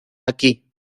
aquí